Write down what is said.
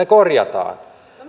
korjataan